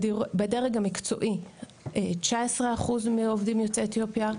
בדרג המקצועי 19% מהעובדים יוצאי אתיופיה,